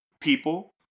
people